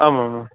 ஆமாம் ஆமாம்